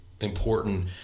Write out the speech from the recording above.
Important